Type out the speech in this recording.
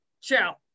ciao